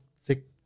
thick